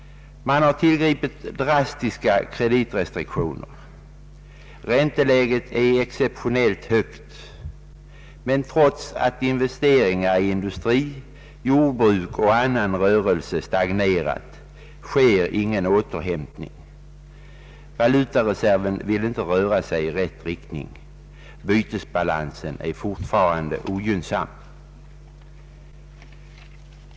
Man har tillgripit drastiska kreditrestriktioner, och ränteläget är exceptionellt högt. Men trots att investeringar i industri, jordbruk och annan rörelse stagnerat sker ingen återhämtning. Valutareserven vill inte röra sig i rätt riktning, och bytesbalansen är fortfarande ogynnsam.